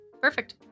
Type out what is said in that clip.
Perfect